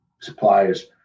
suppliers